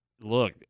look